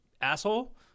asshole